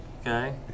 Okay